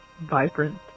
vibrant